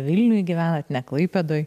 vilniuj gyvenat ne klaipėdoj